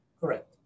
Correct